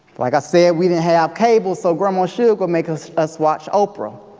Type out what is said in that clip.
like i said, we didn't have cable, so grandma shug would make us us watch oprah.